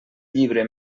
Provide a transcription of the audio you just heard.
llibre